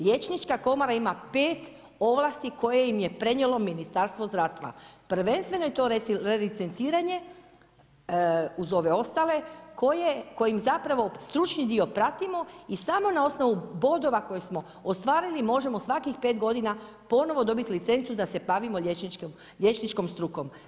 Liječnička komora ima pet ovlasti koje im je prenijelo Ministarstvo zdravstva, prvenstveno je to relicenciranje uz ove ostale, kojim zapravo stručni dio pratimo i samo na osnovu bodova koje smo ostvarili možemo svakih pet godina ponovo dobiti licencu da se bavimo liječničkom strukom.